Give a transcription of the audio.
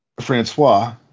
francois